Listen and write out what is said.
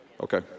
Okay